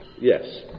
Yes